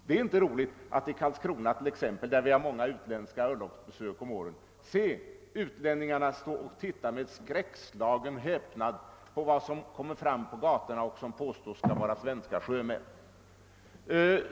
Det är inte roligt att t.ex. i Karlskrona, där vi har många utländska örlogsbesök varje år, se utlänningarna med skräckslagen häpnad betrakta vad som kommer fram på gatorna och som påstås föreställa svenska sjömän.